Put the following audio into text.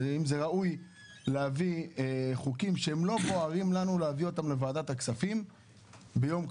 האם ראוי להביא הצעות חוק לא בוערות לוועדת הכספים ביום כזה.